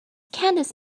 candice